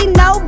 no